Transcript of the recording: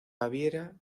baviera